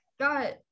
got